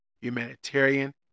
humanitarian